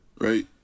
right